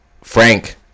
Frank